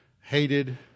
hated